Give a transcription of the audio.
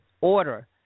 order